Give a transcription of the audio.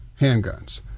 handguns